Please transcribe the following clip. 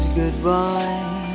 goodbye